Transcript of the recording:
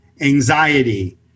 anxiety